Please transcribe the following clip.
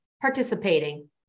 Participating